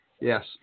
Yes